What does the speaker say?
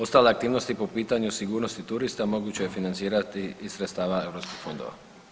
Ostale aktivnosti po pitanju sigurnosti turista moguće je financirati iz sredstava europskih fondova.